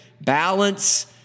balance